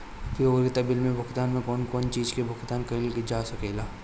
उपयोगिता बिल भुगतान में कौन कौन चीज के भुगतान कइल जा सके ला?